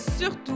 surtout